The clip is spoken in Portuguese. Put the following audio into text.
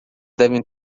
devem